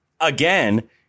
again